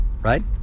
right